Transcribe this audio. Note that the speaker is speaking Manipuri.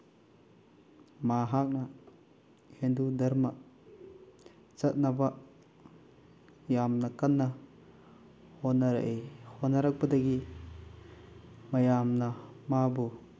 ꯃꯍꯥꯛꯅ ꯍꯤꯟꯗꯨ ꯙꯔꯃ ꯆꯠꯅꯕ ꯌꯥꯝꯅ ꯀꯟꯅ ꯍꯣꯠꯅꯔꯛꯏ ꯍꯣꯠꯅꯔꯛꯄꯗꯒꯤ ꯃꯌꯥꯝꯅ ꯃꯥꯕꯨ